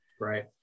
Right